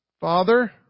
Father